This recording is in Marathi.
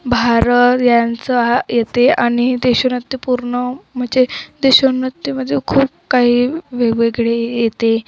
भारत यांचं येते आणि देशोन्नती पूर्ण म्हणजे देशोन्नतीमध्ये खूप काही वेगवेगळे येते